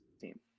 team